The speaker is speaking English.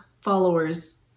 followers